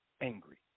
angry